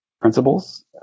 Principles